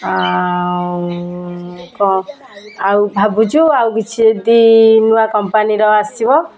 ଆଉ କ ଆଉ ଭାବୁଛୁ ଆଉ କିଛି ଯଦି ନୂଆ କମ୍ପାନୀର ଆସିବ